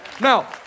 Now